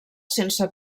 sense